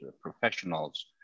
professionals